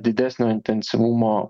didesnio intensyvumo